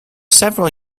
several